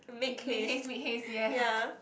make make haste make haste ya